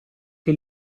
che